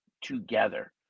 together